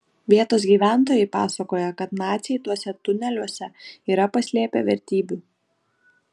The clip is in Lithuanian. vietos gyventojai pasakoja kad naciai tuose tuneliuose yra paslėpę vertybių